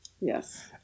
Yes